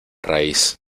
raíz